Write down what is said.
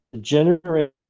generate